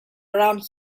around